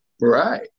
Right